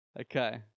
Okay